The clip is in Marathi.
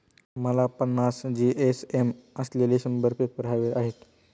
मला पन्नास जी.एस.एम असलेले शंभर पेपर हवे आहेत